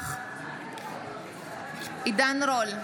נוכח עידן רול,